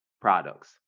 products